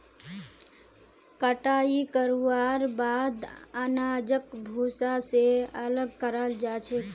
कटाई करवार बाद अनाजक भूसा स अलग कराल जा छेक